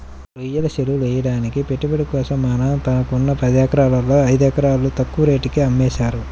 రొయ్యల చెరువులెయ్యడానికి పెట్టుబడి కోసం మా నాన్న తనకున్న పదెకరాల్లో ఐదెకరాలు తక్కువ రేటుకే అమ్మేశారు